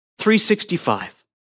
365